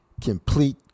complete